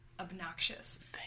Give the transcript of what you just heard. obnoxious